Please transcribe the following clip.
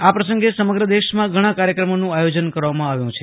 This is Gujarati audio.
આ પ્રસંગે સમગ્ર દેશમાં ઘણા કાર્યક્રમોનું આયોજન કરવામાં આવ્યું છે